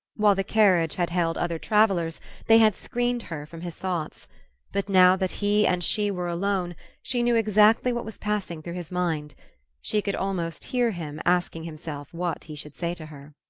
while the carriage had held other travellers they had screened her from his thoughts but now that he and she were alone she knew exactly what was passing through his mind she could almost hear him asking himself what he should say to her.